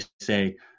say